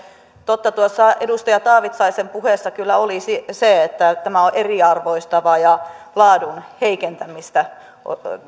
totta tuossa edustaja taavitsaisen puheessa kyllä oli se että tämä on eriarvoistava ja laatua heikentävä